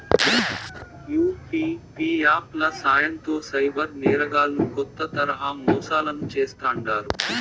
UPI app ల సాయంతో cyber నేరగాల్లు కొత్త తరహా మోసాలను చేస్తాండారు